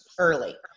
early